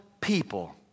people